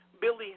Billy